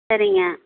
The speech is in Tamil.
சரிங்க